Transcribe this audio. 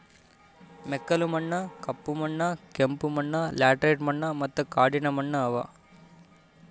ಮೆಕ್ಕಲು ಮಣ್ಣ, ಕಪ್ಪು ಮಣ್ಣ, ಕೆಂಪು ಮಣ್ಣ, ಲ್ಯಾಟರೈಟ್ ಮಣ್ಣ ಮತ್ತ ಕಾಡಿನ ಮಣ್ಣ ಅವಾ